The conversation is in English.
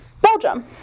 Belgium